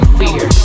fear